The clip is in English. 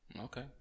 Okay